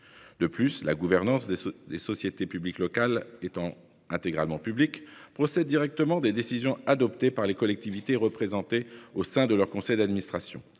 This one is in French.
De plus, la gouvernance des sociétés publiques locales étant intégralement publique, elle procède directement des décisions adoptées par les collectivités représentées au sein de leur conseil d'administration.